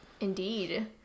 Indeed